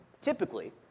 Typically